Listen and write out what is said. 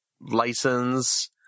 license